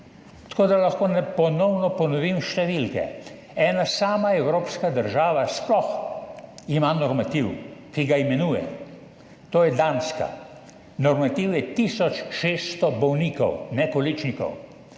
tako da lahko ponovno ponovim številke. Ena sama evropska država sploh ima normativ, ki ga imenuje, to je Danska – normativ je tisoč 600 bolnikov, ne količnikov.